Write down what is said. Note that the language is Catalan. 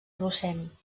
docent